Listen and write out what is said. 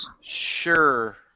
sure